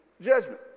judgment